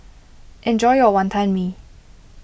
enjoy your Wantan Mee